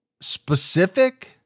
specific